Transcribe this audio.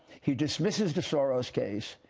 he dismisses the sort of case,